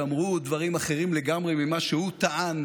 שאמרו דברים אחרים לגמרי ממה שהוא טען